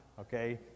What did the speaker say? okay